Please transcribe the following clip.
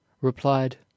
replied